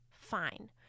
fine